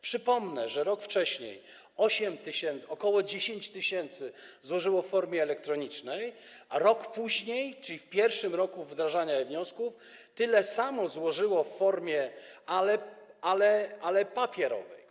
Przypomnę, że rok wcześniej 8 tys., ok. 10 tys. złożyło je w formie elektronicznej, a rok później, czyli w pierwszym roku wdrażania e-wniosków, tyle samo złożyło je w formie papierowej.